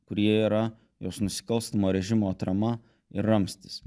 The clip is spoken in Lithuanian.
kurie yra jos nusikalstamo režimo atrama ir ramstis